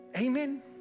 Amen